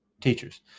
teachers